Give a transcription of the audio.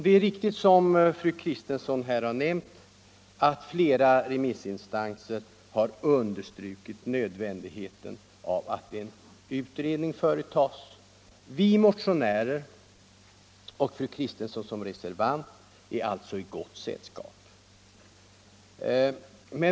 Det är riktigt som fru Kristensson sagt, att flera remissinstanser har understrukit nödvändigheten av att en utredning företas. Vi motionärer och fru Kristensson som reservant är alltså i gott sällskap.